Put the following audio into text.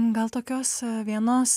gal tokios vienos